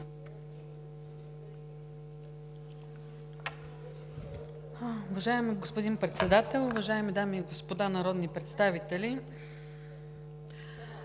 Уважаеми господин Председател, уважаеми дами и господа народни представители!